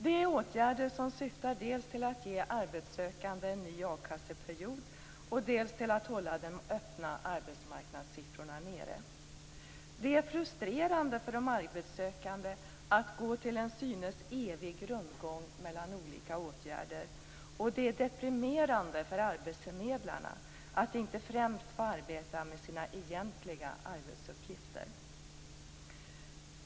Det är åtgärder som syftar dels till att ge arbetssökande en ny a-kasseperiod, dels till att hålla de öppna arbetsmarknadssiffrorna nere. Det är frustrerande för de arbetssökande att gå i en till synes evig rundgång mellan olika åtgärder, och det är deprimerande för arbetsförmedlarna att inte främst få arbeta med sina egentliga arbetsuppgifter.